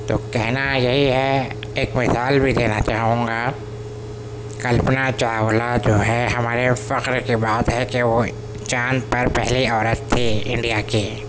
تو کہنا یہی ہے کہ ایک مثال بھی دینا چاہوں گا کلپنا چاولہ جو ہے ہمارے فخر کی بات ہے کہ وہ چاند پر پہلی عورت تھی انڈیا کی